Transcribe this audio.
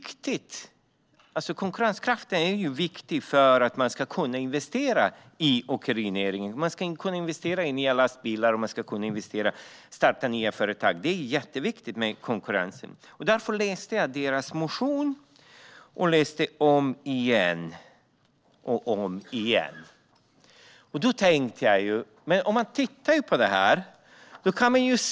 Konkurrenskraften är ju viktig för att man ska kunna investera i åkerinäringen. Man ska kunna investera i nya lastbilar, och man ska kunna starta nya företag. Det är jätteviktigt med konkurrensen. Därför läste jag deras motion, om och om igen.